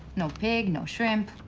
no pig, no shrimp.